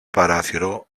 παράθυρο